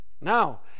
Now